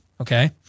okay